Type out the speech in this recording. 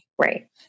Right